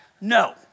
No